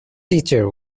teacher